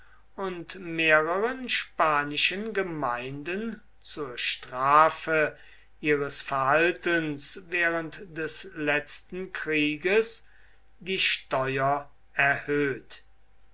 und mehreren spanischen gemeinden zur strafe ihres verhaltens während des letzten krieges die